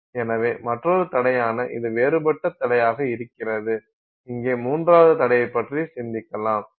எனவே மற்றொரு தடையான இது வேறுபட்ட தடையாக இருக்கிறது இங்கே மூன்றாவது தடையைப் பற்றி சிந்திக்கலாம்